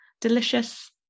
delicious